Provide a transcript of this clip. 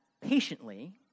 patiently